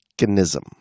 mechanism